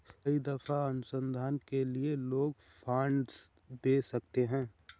कई दफा अनुसंधान के लिए लोग भी फंडस दे सकते हैं